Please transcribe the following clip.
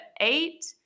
eight